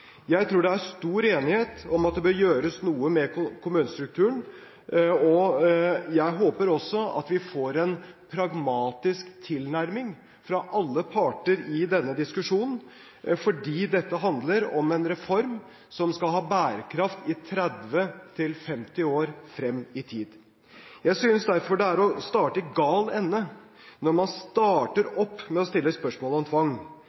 Jeg tror det er stor enighet om at det bør gjøres noe med kommunestrukturen. Jeg håper også at vi får en pragmatisk tilnærming fra alle parter i denne diskusjonen, for dette handler om en reform som skal ha bærekraft 30–50 år frem i tid. Jeg synes derfor det er å starte i gal ende, når man starter opp med å stille spørsmål om tvang.